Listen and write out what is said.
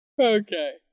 Okay